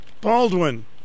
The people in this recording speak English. Baldwin